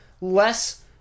less